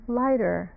lighter